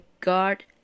guard